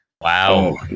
Wow